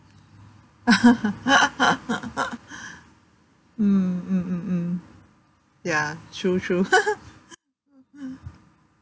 mm mm mm mm ya true true